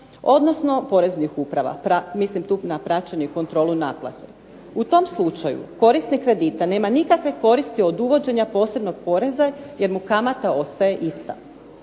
odnosno poreznih uprava, mislim tu na praćenje i kontrolu naplate. U tom slučaju korisnik kredita nema nikakve koristi od uvođenja posebnog poreza jer mu kamata ostaje ista.